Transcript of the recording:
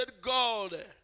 God